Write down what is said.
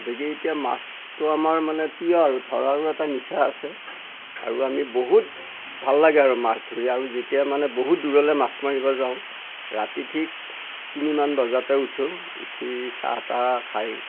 গতিকে এই এতিয়া মাছটো আমাৰ মানে প্ৰিয় আৰু ধৰাৰো এটা নিচা আছে আৰু বহুত ভাল লাগে আৰু মাছ ধৰি আৰু যেতিয়া মানে বহুত দূৰলৈ মাছ মাৰিব যাওঁ ৰাতি ঠিক তিনিমান বজাতে উঠো উঠি চাহ তাহ খাই